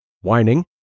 Whining